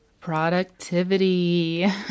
productivity